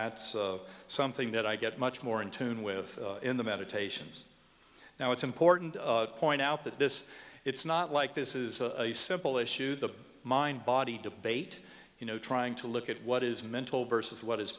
that's something that i get much more in tune with in the meditations now it's important to point out that this it's not like this is a simple issue the mind body debate you know trying to look at what is mental versus what is